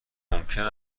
ممکن